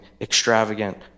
extravagant